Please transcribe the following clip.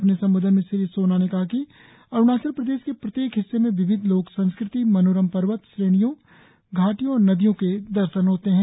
अपने संबोधन में श्री सोना ने कहा कि अरुणाचल प्रदेश के प्रत्येक हिस्से में विविध लोक संस्कृति मनोरम पर्वत श्रेणियों घाटियों और नदियों के दर्शन होते है